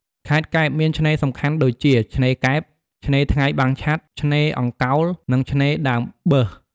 ខេត្តកែបមានឆ្នេរសំខាន់ដូចជា ឆ្នេរកែប ឆ្នេរថ្ងៃបាំងឆ័ត្រ ឆ្នេរអង្កោល និងឆ្នេរដើមបើស។